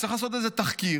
צריך לעשות איזה תחקיר